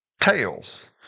tails